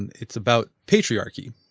and it's about patriarchy,